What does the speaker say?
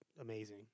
amazing